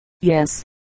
Yes